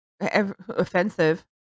Offensive